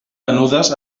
venudes